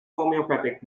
homeopathic